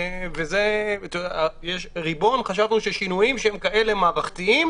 חשבנו שבשינויים שהם מערכתיים,